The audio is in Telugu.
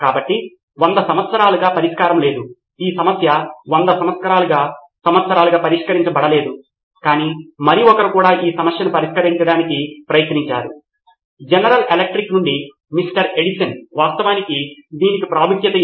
కాబట్టి ఇలాంటి రకమైన వాట్సాప్ గ్రూప్ లో ఉపాధ్యాయులు మరియు విద్యార్థులు పాఠశాల వెలుపల ఒక సాధారణ వ్యవస్థను తీసుకురాగలిగితే ఒకవేళ పాఠశాలకు అవసరమైన మౌలిక సదుపాయాలు లేకపోతే అదేవిధంగా ఇది కూడా ఇదే విధమైన పరిష్కారానికి దారి తీస్తుంది ఉపాధ్యాయురాలు ఆమె సమాచారమును ఉంచవచ్చు మరియు విద్యార్థులు ఆన్లైన్లోకి వెళ్లవచ్చు దానిని పొందవచ్చు